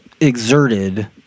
exerted